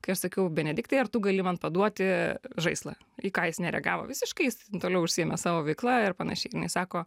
kai aš sakiau benediktai ar tu gali man paduoti žaislą į ką jis nereagavo visiškai jis toliau užsiėmė savo veikla ir panašiai jinai sako